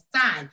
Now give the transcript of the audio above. side